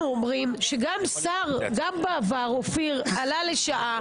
אנחנו אומרים שגם בעבר שר עלה לשעה,